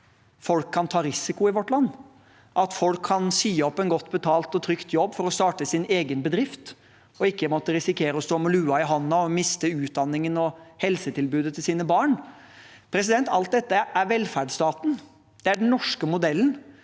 folk kan ta risiko i vårt land, at folk kan si opp en godt betalt og trygg jobb for å starte sin egen bedrift og ikke måtte risikere å stå med lua i handa og miste utdanningen og helsetilbudet til sine barn – alt dette er velferdsstaten. Det er den norske modellen.